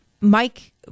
Mike